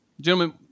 Gentlemen